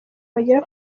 bagera